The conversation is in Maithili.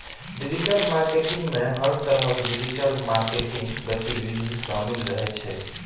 डिजिटल मार्केटिंग मे हर तरहक डिजिटल मार्केटिंग गतिविधि शामिल रहै छै